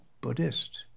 Buddhist